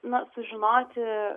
na sužinoti